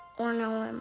or know him,